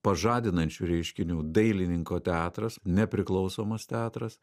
pažadinančių reiškinių dailininko teatras nepriklausomas teatras